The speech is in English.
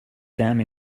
damn